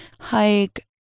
hike